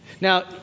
Now